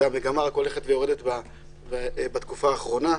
והמגמה רק הולכת ויורדת בתקופה האחרונה.